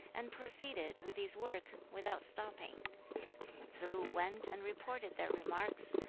and proceeded with his work, without stopping tsze-lu went and reported their remarks,